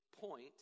point